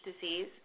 disease